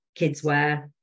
kidswear